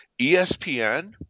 ESPN